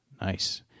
Nice